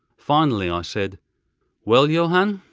finally i said well, johann,